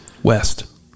West